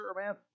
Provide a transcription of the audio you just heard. man